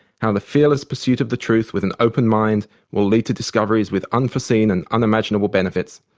how the fearless pursuit of the truth with an open mind will lead to discoveries with unforeseen and unimaginable benefits.